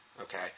Okay